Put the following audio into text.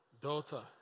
Daughter